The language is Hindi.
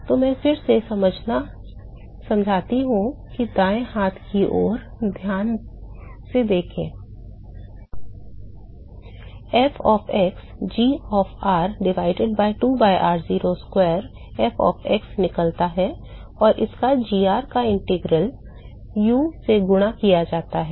तो मैं फिर से समझाता हूं कि दाएं हाथ की ओर ध्यान से देखें f of x g of r divided by 2 by r0 square f of x निकलता है और इसका gr का इंटीग्रल u से गुणा किया जाता है